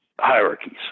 hierarchies